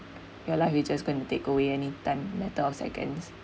you're life is just going to takeaway anytime matter of seconds